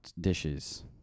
dishes